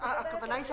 הכוונה היא,